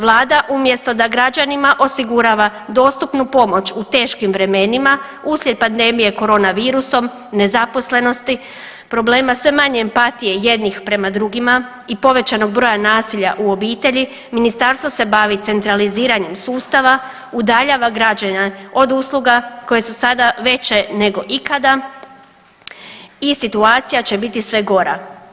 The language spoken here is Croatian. Vlada umjesto da građanima osigurava dostupnu pomoć u teškim vremenima uslijed pandemije korona virusom, nezaposlenosti, problema sve manje empatije jednih prema drugima i povećanog broja nasilja u obitelji Ministarstvo se bavi centraliziranjem sustava, udaljava građane od usluga koje su sada veće nego ikada i situacija će biti sve gora.